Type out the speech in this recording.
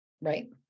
Right